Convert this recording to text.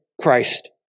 Christ